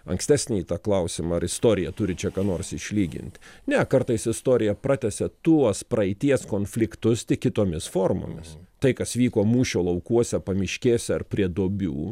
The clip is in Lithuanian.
ankstesnįjį tą klausimą ar istorija turi čia ką nors išlygint ne kartais istorija pratęsia tuos praeities konfliktus tik kitomis formomis tai kas vyko mūšio laukuose pamiškėse ar prie duobių